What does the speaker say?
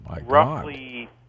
roughly